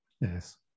Yes